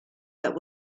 that